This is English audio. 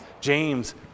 James